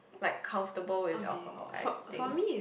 like comfortable with alcohol I think